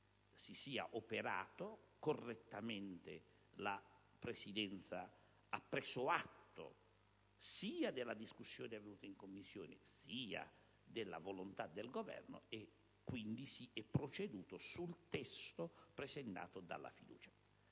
correttamente. Correttamente la Presidenza ha preso atto sia della discussione avvenuta in Commissione sia della volontà del Governo e pertanto si è proceduto sul testo presentato con la